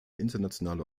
internationale